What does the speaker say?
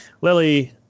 Lily